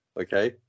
Okay